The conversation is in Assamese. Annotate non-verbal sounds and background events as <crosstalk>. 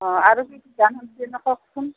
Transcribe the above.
অঁ আৰু কি <unintelligible> কওকচোন